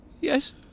Yes